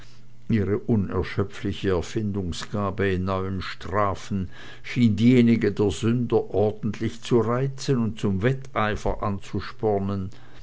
ihre unerschöpfliche erfindungsgabe in neuen strafen schien diejenige der sünder ordentlich zu reizen und zum wetteifer anzuspornen